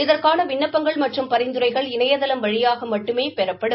இதற்கான விண்ணப்பங்கள் மற்றும் பரிந்துரைகள் இணையதளம் வழியாக மட்டுமே பெறப்படும்